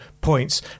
points